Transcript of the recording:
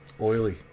oily